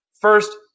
First